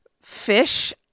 Fish